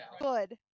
Good